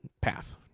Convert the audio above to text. path